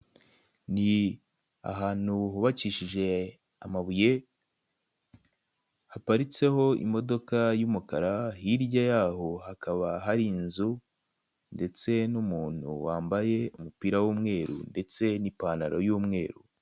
Ni ahantu hubakishije amabuye, haparitseho imodoka y'umukara, hirya yaho hakaba hari inzu, ndetse n'umuntu wambaye umupira w'umweru ndetse n'ipantaro y'umweru.